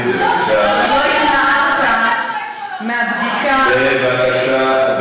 חברת הכנסת מיכל רוזין, בבקשה.